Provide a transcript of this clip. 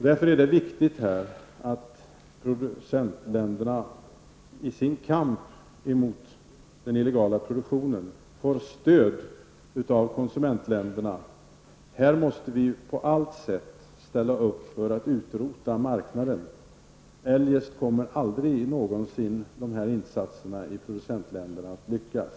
Det är därför viktigt att producentländerna får stöd av konsumentländerna i kampen mot den illegala produktionen. Här måste vi på alla sätt ställa upp för att utrota marknaden. Eljest kommer aldrig någonsin dessa insatser i produktionsländerna att lyckas.